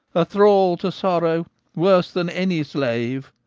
a thrall to sorrow worse than any slave.